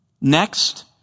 Next